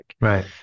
Right